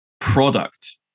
product